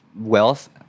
wealth